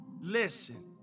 Listen